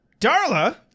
Darla